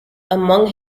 among